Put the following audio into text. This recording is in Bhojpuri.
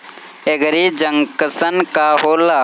एगरी जंकशन का होला?